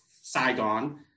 Saigon